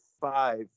five